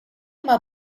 uma